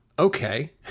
okay